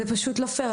זה פשוט לא פייר,